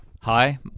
Hi